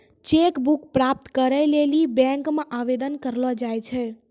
cheque book प्राप्त करै लेली बैंक मे आवेदन करलो जाय छै